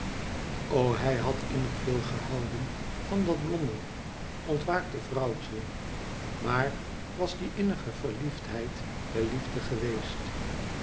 o hij had innig veel gehouden van dat blonde ontwaakte vrouwtje maar was die innige verliefdheid wel liefde geweest